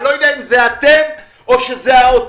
אני לא יודע אם זה אתם או שזה האוצר.